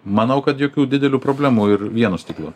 manau kad jokių didelių problemų ir vieno stiklo